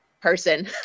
person